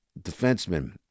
defenseman